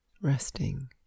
resting